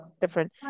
different